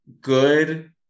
good